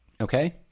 Okay